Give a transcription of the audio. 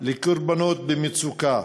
לקורבנות במצוקה